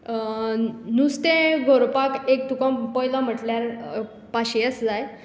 नुस्तें गोरोवपाक एक तुका पयलो म्हटल्यार पाशयेंस जाय